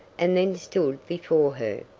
and then stood before her,